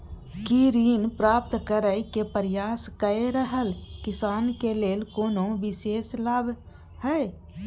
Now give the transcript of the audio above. की ऋण प्राप्त करय के प्रयास कए रहल किसान के लेल कोनो विशेष लाभ हय?